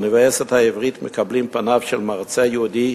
האוניברסיטה העברית, מקבלים פניו של מרצה יהודי